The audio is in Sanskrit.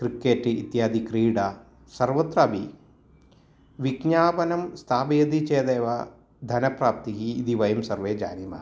क्रिकेट् इत्यादि क्रीडा सर्वत्रापि विज्ञापनं स्थापयति चेदेव धनप्राप्तिः इति वयं सर्वे जानीमः